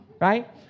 Right